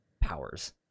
powers